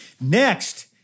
Next